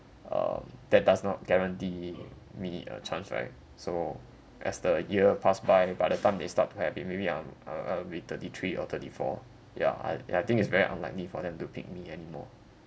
um that does not guarantee me a chance right so as the year pass by by the time they start to have it maybe I'm I'll I'll be thirty three or thirty four ya I I think is very unlikely for them to pick me anymore